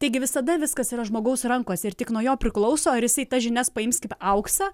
taigi visada viskas yra žmogaus rankose ir tik nuo jo priklauso ar jisai tas žinias paims kaip auksą